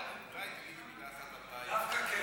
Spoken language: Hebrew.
מירב, אולי תגידי מילה אחת על, דווקא כן.